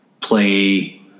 play